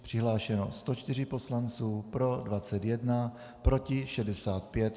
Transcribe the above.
Přihlášeno 104 poslanců, pro 21, proti 65.